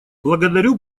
благодарю